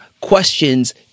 questions